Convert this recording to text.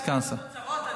סגן שר.